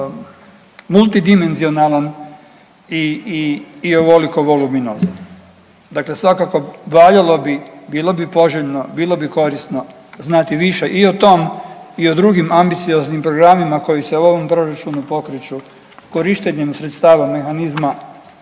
multidimenzionalan i ovoliko golubinozan, dakle svakako valjalo bi, bilo bi poželjno, bilo bi korisno znati više i o tom i o drugim ambicioznim programima koji se u ovom proračunu pokreću korištenjem sredstava mehanizma